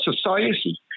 society